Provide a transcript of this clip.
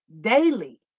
daily